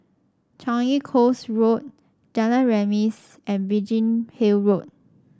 Changi Coast Road Jalan Remis and Biggin Hill Road